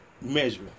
measure